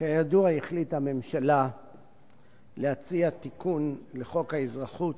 כידוע החליטה הממשלה להציע תיקון לחוק האזרחות,